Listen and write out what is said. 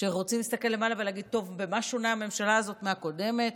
שרוצים להסתכל למעלה ולהבין במה שונה הממשלה הזאת מהקודמת,